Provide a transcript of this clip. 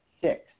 Six